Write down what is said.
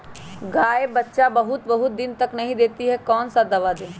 गाय बच्चा बहुत बहुत दिन तक नहीं देती कौन सा दवा दे?